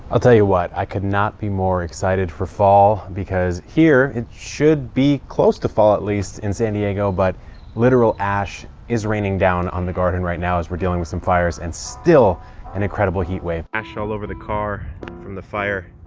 i'll tell you what. i could not be more excited for fall because here it should be close to fall, at least in san diego. but literal ash is raining down on the garden right now as we're dealing with some fires and still an incredible heat wave. ash all over the car from the fire